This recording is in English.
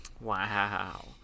Wow